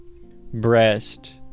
Breast